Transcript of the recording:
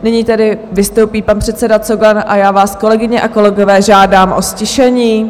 Nyní tedy vystoupí pan předseda Cogan a já vás, kolegyně a kolegové, žádám o ztišení.